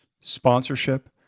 sponsorship